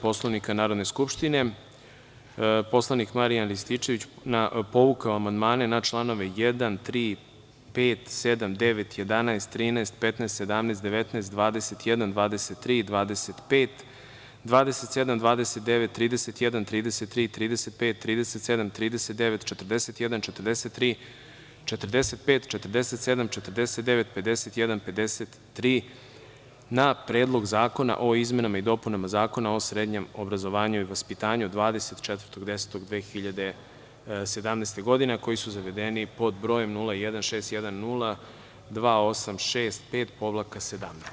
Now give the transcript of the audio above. Poslovnika Narodne skupštine poslanik Marijan Rističević povukao je amandmane na članove 1, 3, 5, 7, 9, 11, 13, 15, 17, 19, 21, 23, 25, 27, 29, 31, 33, 35, 37, 39, 40,41, 43, 45, 47, 49, 51, 53 na Predlog zakona o izmenama i dopunama Zakona o srednjem obrazovanju i vaspitanju 24. oktobra 2017. godine, a koji su zavedeni pod brojem 016102865-17.